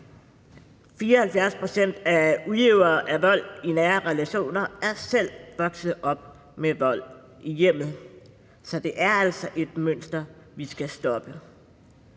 74 pct. af udøvere af vold i nære relationer er selv vokset op med vold i hjemmet. Så det er altså et mønster, vi skal stoppe.